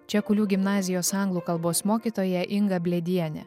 čia kulių gimnazijos anglų kalbos mokytoja inga blėdienė